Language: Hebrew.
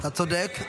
אתה צודק.